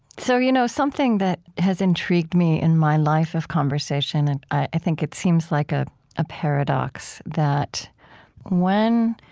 so, you know something that has intrigued me in my life of conversation and i think it seems like a ah paradox that when